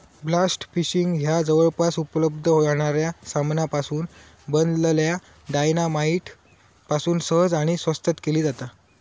blast fishing ह्या जवळपास उपलब्ध जाणाऱ्या सामानापासून बनलल्या डायना माईट पासून सहज आणि स्वस्तात केली जाता